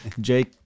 Jake